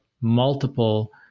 multiple